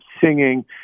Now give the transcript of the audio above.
singing